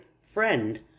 friend